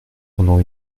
pendant